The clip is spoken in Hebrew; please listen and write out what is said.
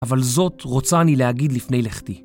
אבל זאת רוצה אני להגיד לפני לכתי.